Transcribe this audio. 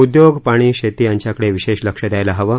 उद्योग पाणी शेती यांच्याकडे विशेष लक्ष द्यायला हवं